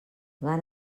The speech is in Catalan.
van